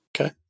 Okay